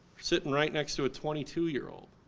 sitting right next to a twenty two year old.